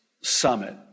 summit